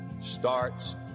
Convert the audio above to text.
starts